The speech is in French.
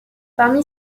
parmi